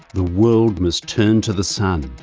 the world must turn to the sun'.